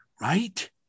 right